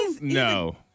No